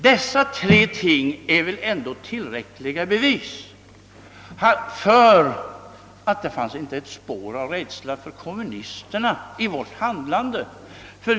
Dessa tre ting är väl ändå tillräckliga bevis för att det inte fanns ett spår av rädsla för kommunisterna i vårt handlande.